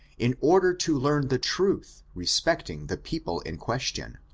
in order to learn the truth respecting the people in question,